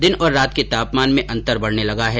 दिन और रात के तापमान में अन्तर बढ़ने लगा हैं